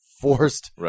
Forced